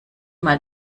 mal